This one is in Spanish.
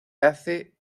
hace